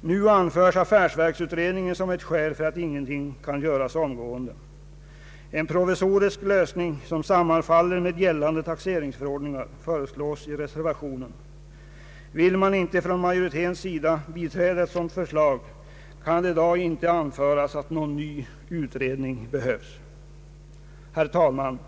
Nu anförs affärsverksutredningen som skäl för att ingenting kan göras omgående. En provisorisk lösning, som sammanfaller med gällande taxeringsförordningar, föreslås i reservationen. Vill man inte från majoritetens sida biträda ett sådant förslag, kan det i dag inte anföras att någon ny utredning behövs. Herr talman!